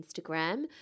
Instagram